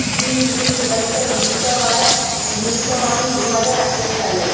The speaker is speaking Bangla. ডি লিট উপাধিতে ভূষিত হয় ভূষিত হন দু হাজার আঠেরো সালে